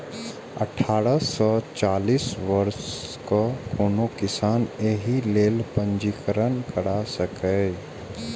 अठारह सं चालीस वर्षक कोनो किसान एहि लेल पंजीकरण करा सकैए